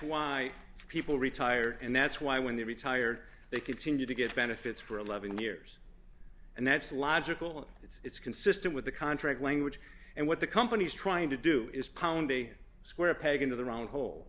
why people retired and that's why when they retired they continue to get benefits for eleven years and that's logical it's consistent with the contract language and what the company is trying to do is pound a square peg into the round hole